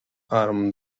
arm